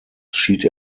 schied